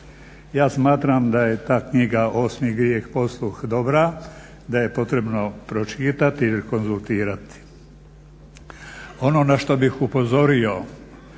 Ja smatram da je ta knjiga Osmi grijeh-posluh dobra, da je potrebno pročitati ili konzultirati. Ono na što bih upozorio